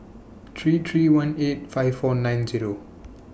three three one eight five four nine Zero